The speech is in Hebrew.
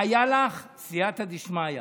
והייתה לך סייעתא דשמיא.